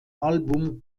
album